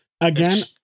Again